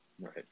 Right